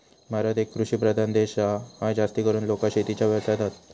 भारत एक कृषि प्रधान देश हा, हय जास्तीकरून लोका शेतीच्या व्यवसायात हत